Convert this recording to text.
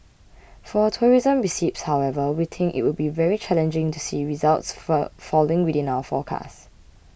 for tourism receipts however we think it would be very challenging to see results falling within our forecast